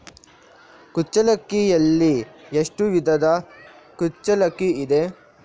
ಕುಚ್ಚಲಕ್ಕಿಯಲ್ಲಿ ಎಷ್ಟು ವಿಧದ ಕುಚ್ಚಲಕ್ಕಿ ಇದೆ?